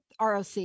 ROC